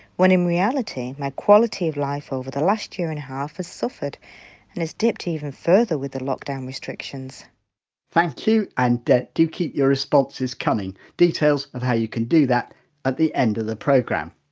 when in reality, my quality of life over the last year and a half has suffered and has dipped even further with the lockdown restrictions thank you. and do keep your responses coming. details of how you do that at the end of the programme.